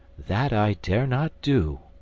that i dare not do.